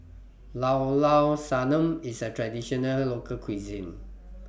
Llao Llao Sanum IS A Traditional Local Cuisine